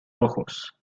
rojos